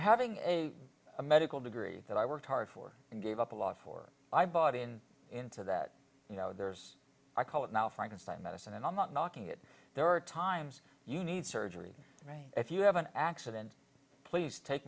having a medical degree that i worked hard for and gave up a lot for i bought in into that you know there's i call it now frankenstein medicine and i'm not knocking it there are times you need surgery i mean if you have an accident please take